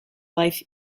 life